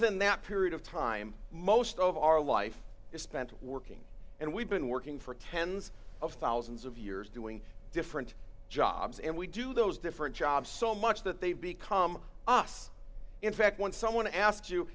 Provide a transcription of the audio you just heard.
than that period of time most of our life is spent working and we've been working for tens of thousands of years doing different jobs and we do those different jobs so much that they become us in fact when someone asks you